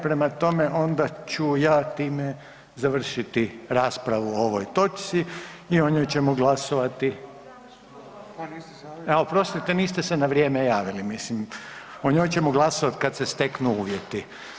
Prema tome, onda ću ja time završiti raspravu o ovoj točci i o njoj ćemo glasovati … [[Upadica iz klupe se ne razumije]] E oprostite niste se na vrijeme javili, mislim, o njoj ćemo glasovat kad se steknu uvjeti.